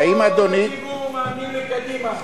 רוב הציבור מאמין לקדימה.